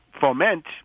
foment